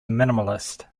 minimalist